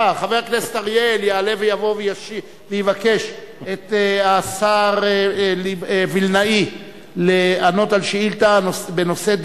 חבר הכנסת אריאל יעלה ויבוא ויבקש מהשר וילנאי לענות על שאילתא בנושא: